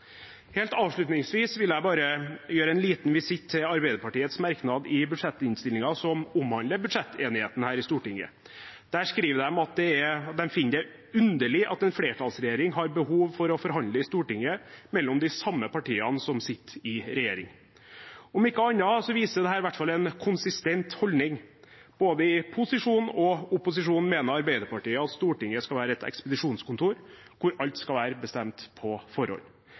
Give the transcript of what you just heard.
Helt avslutningsvis vil jeg bare gjøre en liten visitt til Arbeiderpartiets merknad i budsjettinnstillingen som omhandler budsjettenigheten her i Stortinget. Der skriver de at de «finner det underlig at en flertallsregjering har behov for å forhandle i Stortinget mellom de samme partiene som sitter i regjering». Om ikke annet viser dette i hvert fall en konsistent holdning – både i posisjon og opposisjon mener Arbeiderpartiet at Stortinget skal være et ekspedisjonskontor hvor alt skal være bestemt på